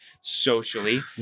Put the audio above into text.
socially